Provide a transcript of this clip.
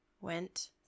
went